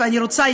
ואני רוצה,